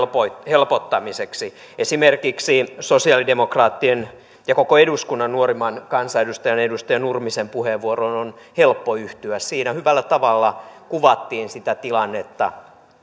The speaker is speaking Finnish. helpottamiseksi esimerkiksi sosiaalidemokraattien ja koko eduskunnan nuorimman kansanedustajan edustaja nurmisen puheenvuoroon on helppo yhtyä siinä hyvällä tavalla kuvattiin sitä tilannetta